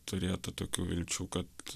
turėtų tokių vilčių kad